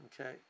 okay